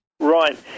Right